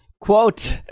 Quote